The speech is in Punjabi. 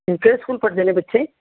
ਅਤੇ ਕਿਹੜੇ ਸਕੂਲ ਪੜ੍ਹਦੇ ਨੇ ਬੱਚੇ